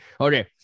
Okay